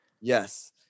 Yes